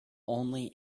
only